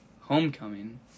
Homecoming